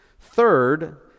Third